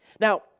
Now